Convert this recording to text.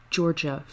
Georgia